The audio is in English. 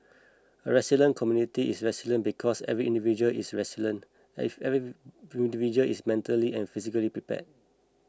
a resilient community is resilient because every individual is resilient if every individual is mentally and physically prepared